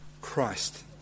Christ